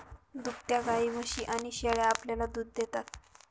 दुभत्या गायी, म्हशी आणि शेळ्या आपल्याला दूध देतात